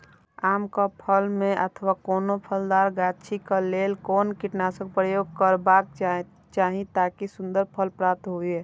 आम क फल में अथवा कोनो फलदार गाछि क लेल कोन कीटनाशक प्रयोग करबाक चाही ताकि सुन्दर फल प्राप्त हुऐ?